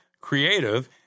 Creative